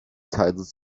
titled